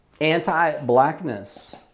anti-blackness